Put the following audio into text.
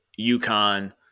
UConn